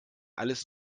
alles